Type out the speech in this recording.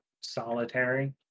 solitary